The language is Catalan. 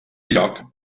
lloc